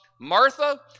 Martha